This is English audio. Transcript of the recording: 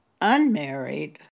unmarried